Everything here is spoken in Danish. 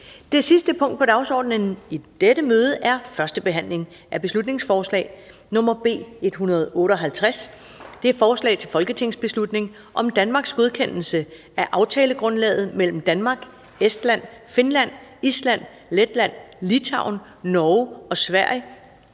Det sidste punkt på dagsordenen er: 6) 1. behandling af beslutningsforslag nr. B 158: Forslag til folketingsbeslutning om Danmarks godkendelse af aftalegrundlaget mellem Danmark, Estland, Finland, Island, Letland, Litauen, Norge og Sverige